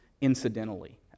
incidentally